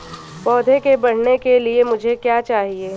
पौधे के बढ़ने के लिए मुझे क्या चाहिए?